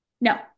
No